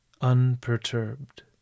unperturbed